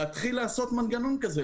להתחיל לעשות מנגנון כזה.